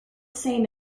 same